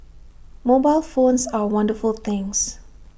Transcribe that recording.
mobile phones are wonderful things